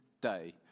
Day